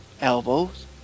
elbows